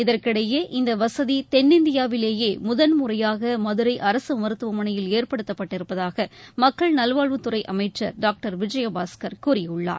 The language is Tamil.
இதற்கிடையே இந்த வசதி தென்னிந்தியாவிலேயே முதல் முறையாக மதுரை அரசு மருத்துவமனையில் ஏற்படுத்தப்பட்டிருப்பதாக மக்கள் நல்வாழ்வுத்துறை அமைச்சர் டாக்டர் விஜயபாஸ்கர் கூறியுள்ளார்